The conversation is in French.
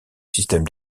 système